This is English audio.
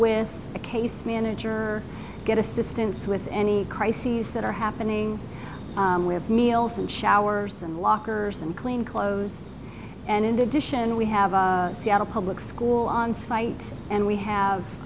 with a case manager get assistance with any crises that are happening with meals and showers and lockers and clean clothes and in addition we have a seattle public school on site and we have